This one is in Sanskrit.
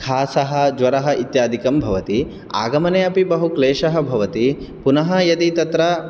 खासः ज्वरः इत्यादिकं भवति आगमने अपि बहु क्लेशः भवति पुनः यदि तत्र